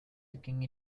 king